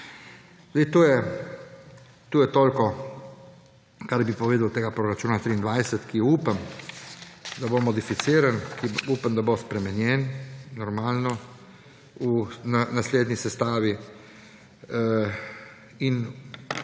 rodovi. To je toliko, kar bi povedal od tega proračuna 2023, ki upam, da bo modificiran, upam, da bo spremenjen, normalno v naslednji sestavi. In